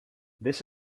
this